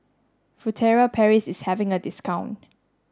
Furtere Paris is having a discount